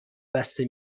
بسته